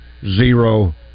zero